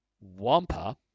Wampa